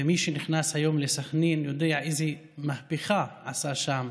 ומי שנכנס היום לסח'נין יודע איזו מהפכה עשה שם